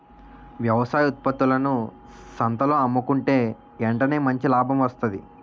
వ్యవసాయ ఉత్త్పత్తులను సంతల్లో అమ్ముకుంటే ఎంటనే మంచి లాభం వస్తాది